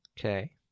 Okay